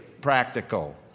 practical